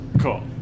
Cool